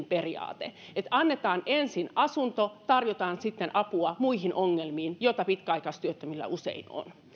periaate eli annetaan ensin asunto tarjotaan sitten apua muihin ongelmiin joita pitkäaikaistyöttömillä usein on